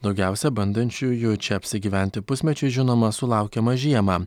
daugiausia bandančiųjų čia apsigyventi pusmečiui žinoma sulaukiama žiemą